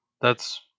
thats